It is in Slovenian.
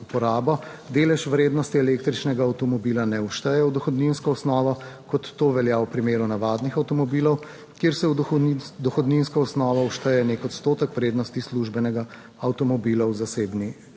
uporabo, delež vrednosti električnega avtomobila ne všteje v dohodninsko osnovo, kot to velja v primeru navadnih avtomobilov, kjer se v dohodninsko osnovo šteje nek odstotek vrednosti službenega avtomobila v zasebni